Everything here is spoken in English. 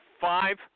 Five